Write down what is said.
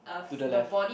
to the left